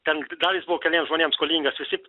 ten dar jis buvo keliems žmonėms skolingas visi